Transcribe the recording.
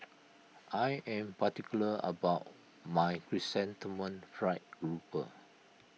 I am particular about my Chrysanthemum Fried Grouper